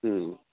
മ്മ്